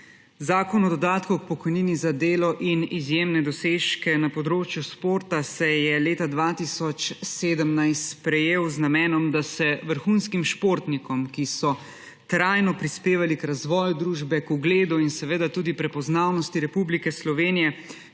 Zakon o dodatku k pokojnini za delo in izjemne dosežke na področju športa se je leta 2017 sprejel z namenom, da se vrhunskim športnikom, ki so trajno prispevali k razvoju družbe, k ugledu in tudi k prepoznavnosti Republike Slovenije,